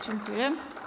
Dziękuję.